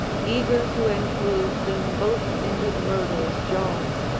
eager to enclose them both in his murderous jaws.